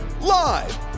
Live